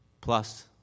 plus